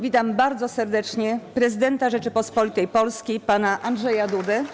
Witam bardzo serdecznie prezydenta Rzeczypospolitej Polskiej pana Andrzeja Dudę.